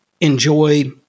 enjoy